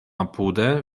apude